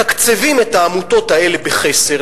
מתקצבים את העמותות האלה בחסר,